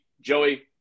Joey